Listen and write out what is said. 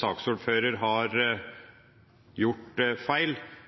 saksordføreren har gjort feil,